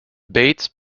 bates